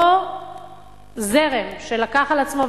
שאותו זרם שלקח על עצמו,